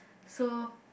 so